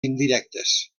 indirectes